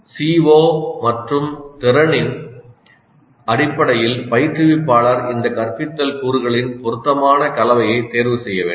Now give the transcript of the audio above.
CO மற்றும் திறனின் அடிப்படையில் பயிற்றுவிப்பாளர் இந்த கற்பித்தல் கூறுகளின் பொருத்தமான கலவையைத் தேர்வு செய்ய வேண்டும்